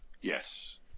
Yes